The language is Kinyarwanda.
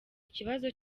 ikibazo